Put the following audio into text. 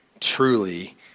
truly